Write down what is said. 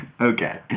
Okay